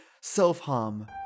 self-harm